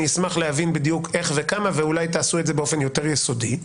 אני אשמח להבין בדיוק איך וכמה ואולי תעשו את זה באופן יותר יסודי.